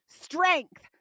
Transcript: strength